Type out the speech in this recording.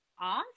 off